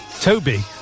Toby